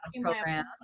program